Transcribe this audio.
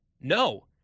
No